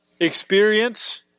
experience